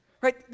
right